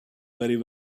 very